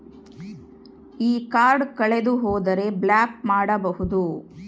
ಈ ಕಾರ್ಡ್ ಕಳೆದು ಹೋದರೆ ಬ್ಲಾಕ್ ಮಾಡಬಹುದು?